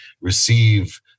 receive